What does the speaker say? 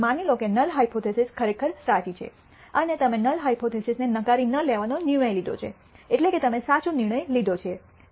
માની લો કે નલ હાયપોથીસિસ ખરેખર સાચી છે અને તમે નલ હાયપોથીસિસને નકારી ન લેવાનો નિર્ણય લીધો છે એટલે કે તમે સાચો નિર્ણય લીધો છે